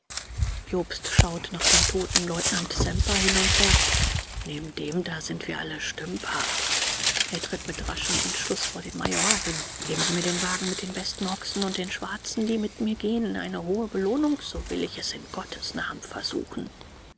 jobst schaut nach dem toten leutnant semper hin und sagt neben dem da sind wir alle stümper er tritt mit raschem entschluß vor den major hin geben sie mir den wagen mit den besten ochsen und den schwarzen die mit mir gehen eine hohe belohnung so will ich es in gottes namen versuchen